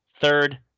third